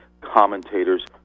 commentators